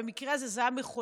ובמקרה הזה זה היה מכונית,